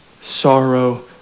sorrow